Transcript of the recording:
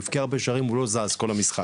הוא הבקיע הרבה שערים והוא לא זז כל המשחק,